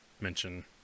mention